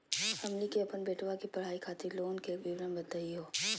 हमनी के अपन बेटवा के पढाई खातीर लोन के विवरण बताही हो?